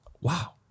wow